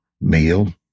meal